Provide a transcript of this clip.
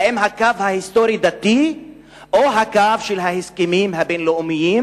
האם הקו ההיסטורי-דתי או הקו של ההסכמים הבין-לאומיים,